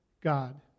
God